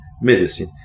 medicine